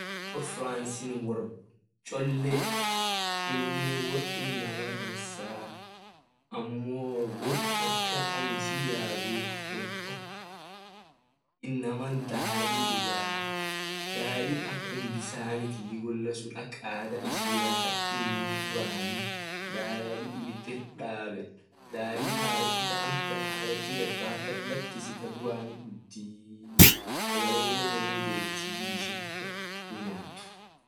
Wor france wor cholle amine wor inama dansaa amof won ak inama dadi dugaa dadi akum bisanitii gola sun ak ada ishia ak inama durani dadi dib ebe dabt dadi ta amtan hareti gadbat tan lakisi hareti dutii sagalene wolin getii ishin ta nyat.